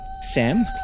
Sam